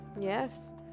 Yes